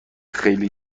خیلی